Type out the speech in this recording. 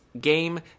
game